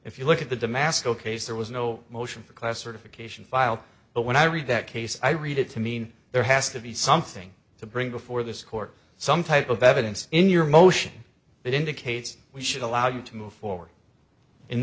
if you look at the damasio case there was no motion for class certification filed but when i read that case i read it to mean there has to be something to bring before this court some type of evidence in your motion that indicates we should allow you to move forward